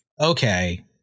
okay